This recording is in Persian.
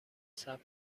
ثبت